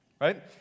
right